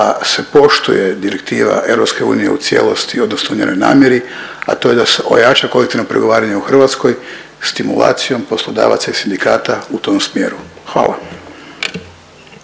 se poštuje direktiva EU u cijelosti odnosno u njenoj namjeri, a to je da se ojača kolektivno pregovaranje u Hrvatskoj stimulacijom poslodavaca i sindikata u tom smjeru. Hvala.